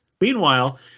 Meanwhile